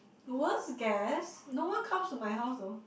the worst guest no one comes to my house though